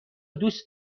دوست